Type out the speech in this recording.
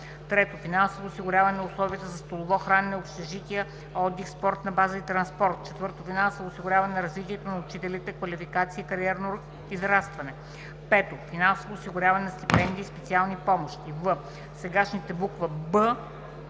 3. финансово осигуряване на условия за столово хранене, общежития, отдих, спортна база и транспорт; 4. финансово осигуряване на развитието на учителите (квалификация и кариерно израстване); 5. финансово осигуряване на стипендии и специални помощи.“; в) сегашните б.